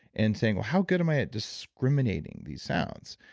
and saying, well, how good am i at discriminating these sounds?